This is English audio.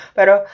Pero